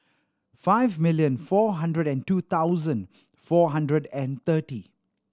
five million four hundred and two thousand four hundred and thirty